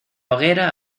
hoguera